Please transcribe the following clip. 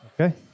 Okay